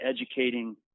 educating